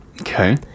Okay